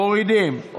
מורידים.